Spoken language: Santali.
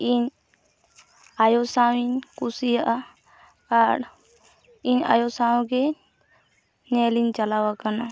ᱤᱧ ᱟᱭᱳ ᱥᱟᱶ ᱤᱧ ᱠᱩᱥᱤᱭᱟᱜᱼᱟ ᱟᱨ ᱤᱧ ᱟᱭᱳ ᱥᱟᱶ ᱜᱮ ᱧᱮᱞᱤᱧ ᱪᱟᱞᱟᱣ ᱟᱠᱟᱱᱟ